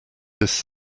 this